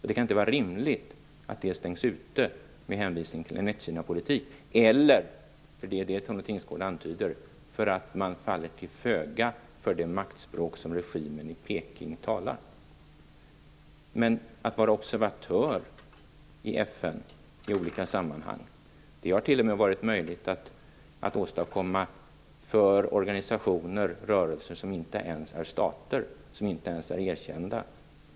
Det kan inte vara rimligt att landet stängs ute med hänvisning till en ett-Kina-politik eller, som Tone Tingsgård antyder, för att man faller till föga för det maktspråk som regimen i Peking talar. Att vara FN-observatör i olika sammanhang har till och med varit möjligt för organisationer och rörelser som inte ens är stater eller som inte ens är erkända.